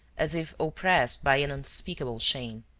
as if oppressed by an unspeakable shame.